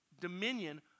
dominion